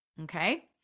Okay